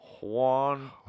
Juan